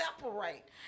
separate